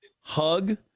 hug